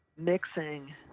mixing